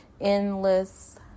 endless